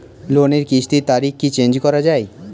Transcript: লোনের কিস্তির তারিখ কি চেঞ্জ করা যায়?